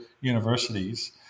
universities